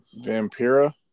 Vampira